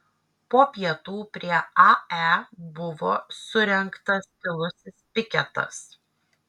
po pietų prie ae buvo surengtas tylusis piketas